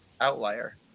outlier